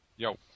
Yo